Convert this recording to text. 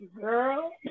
girl